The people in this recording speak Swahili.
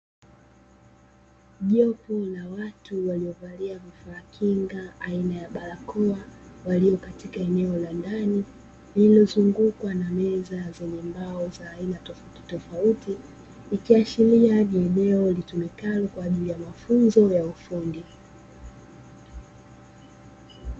Jopo la watu waliovaa kinga aina ya barakoa walio katika eneo la ndani lililozungukwa na meza zenye mbao za aina tofautitofauti ikiashiria ni eneo litumikalo kwa ajili ya mafunzo ya ufundi.